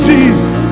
Jesus